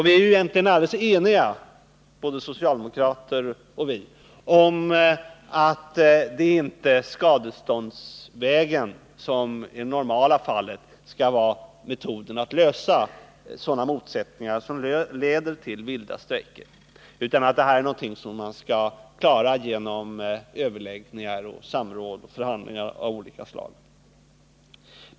Vi är egentligen alldeles eniga, socialdemokraterna och vi, om att det inte är skadeståndsvägen som i det normala fallet skall vara metoden att lösa sådana motsättningar som leder till vilda strejker, utan att de skall lösas genom överläggningar, samråd och förhandlingar av olika slag.